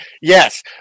Yes